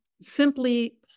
simply